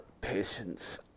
patience